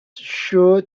sure